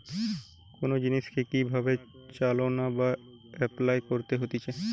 কোন জিনিসকে কি ভাবে চালনা বা এপলাই করতে হতিছে